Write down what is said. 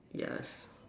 yes